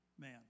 man